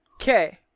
okay